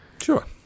Sure